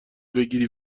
بگیری